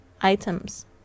items